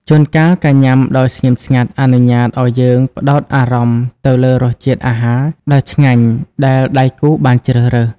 ជួនកាល ការញ៉ាំដោយស្ងៀមស្ងាត់អនុញ្ញាតឱ្យយើងផ្ដោតអារម្មណ៍ទៅលើរសជាតិអាហារដ៏ឆ្ងាញ់ដែលដៃគូបានជ្រើសរើស។